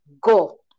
Go